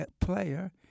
player